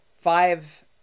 five